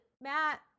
Matt